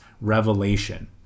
revelation